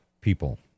people